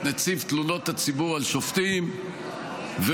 את נציב תלונות הציבור על שופטים ואותי.